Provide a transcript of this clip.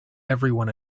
everyone